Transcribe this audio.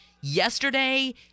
Yesterday